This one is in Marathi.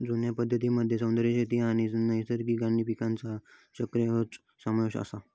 जुन्या पद्धतीं मध्ये सेंद्रिय शेती आणि नैसर्गिक आणि पीकांचा चक्र ह्यांचो समावेश आसा